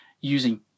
using